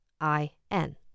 I-N